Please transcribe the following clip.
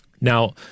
Now